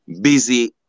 busy